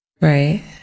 Right